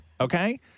Okay